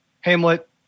Hamlet